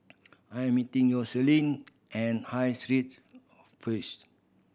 I'm meeting Yoselin at High Street